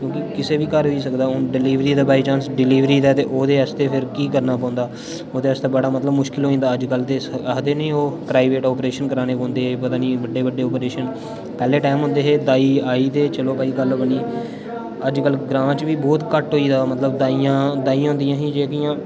क्योंकि किसे बी घर होई सकदा हून डिलीवरी दा बाई चांस डिलीवरी दा ते ओह्दे आस्तै ते फिर केह् करना पौंदा ओह्दे आस्तै बड़ा मतलब मुश्कल होई जंदा अज्ज्कल ते आखदे नी ओह् प्राइवेट ऑपरेशन कराने पौंदे पता निं बड्डे बड्डे ऑपरेशन पैह्ले टाइम होन्दे हे दाई आई ते चलो भई गल्ल बनी अज्जकल ग्रांऽ च बी बहोत घट्ट होई दा मतलब दाइयां होन्दियां हियां जेह्कियां